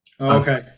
okay